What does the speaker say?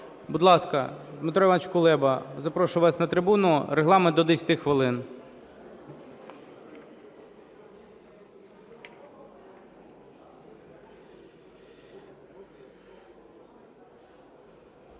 Дмитро Іванович Кулеба, запрошую вас на трибуну, регламент – до 10 хвилин.